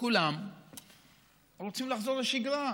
כולם רוצים לחזור לשגרה,